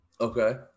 okay